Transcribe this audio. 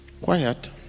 quiet